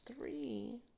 three